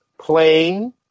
playing